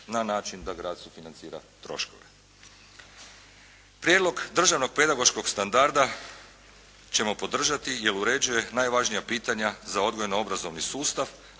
na način da grad sufinancira troškove. Prijedlog državnog pedagoškog standarda ćemo podržati jer uređuje najvažnija pitanja za odgojno obrazovni sustav,